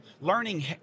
learning